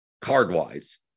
card-wise